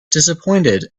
disappointed